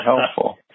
helpful